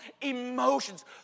emotions